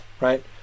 right